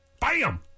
Bam